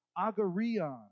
agarion